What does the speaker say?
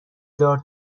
دار